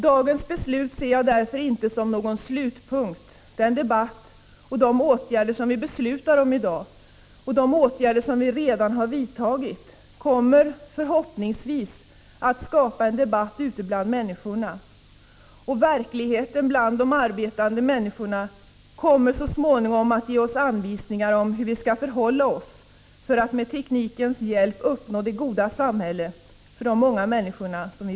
Dagens beslut ser jag därför inte som någon slutpunkt. Den debatt som vi för och de åtgärder som vi i dag beslutar om och redan har vidtagit kommer förhoppningsvis att skapa en debatt ute bland människorna. Verkligheten för de arbetande kommer så småningom att ge oss anvisningar om hur vi skall förhålla oss för att med teknikens hjälp uppnå det goda samhälle som vi önskar för de många människorna.